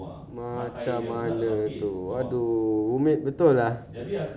macam mana tu !aduh! rumit betul lah